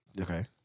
Okay